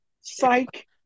Psych